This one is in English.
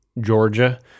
Georgia